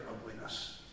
ugliness